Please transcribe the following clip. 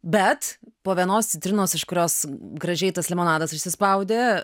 bet po vienos citrinos iš kurios gražiai tas limonadas išsispaudė